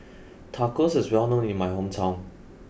Tacos is well known in my hometown